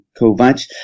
Kovac